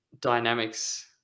dynamics